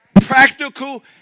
practical